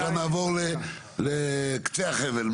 עכשיו נעבור לקצה החבל,